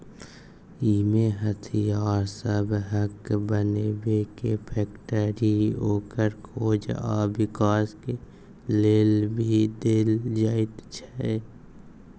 इमे हथियार सबहक बनेबे के फैक्टरी, ओकर खोज आ विकास के लेल भी देल जाइत छै